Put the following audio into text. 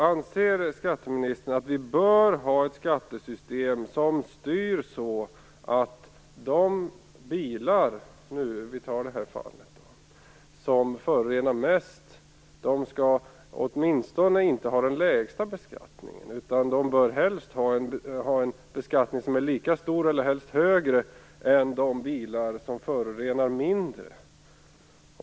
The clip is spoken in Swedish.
Anser skatteministern att vi bör ha ett skattesystem som styr så, att de bilar som förorenar mest åtminstone inte skall ha den lägsta beskattningen utan helst bör ha en beskattning som är lika hög som eller helst högre än de bilar som förorenar mindre?